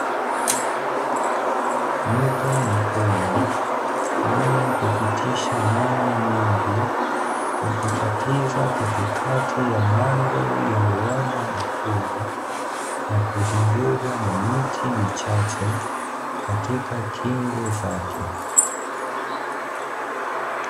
Mto mkubwa wenye kupitisha maji mengi, ukikatiza katikati ya mandhari ya uwanda mkubwa na kuzingirwa na miti michache katika kingo zake.